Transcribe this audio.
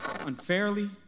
unfairly